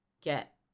get